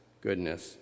goodness